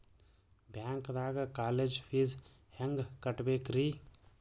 ಬ್ಯಾಂಕ್ದಾಗ college fees ಹೆಂಗ್ ಕಟ್ಟ್ಬೇಕ್ರಿ?